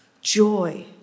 joy